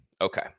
Okay